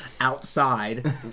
outside